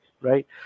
right